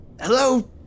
Hello